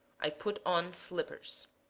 i put on slippers.